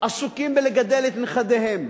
עסוקים בלגדל את נכדיהם,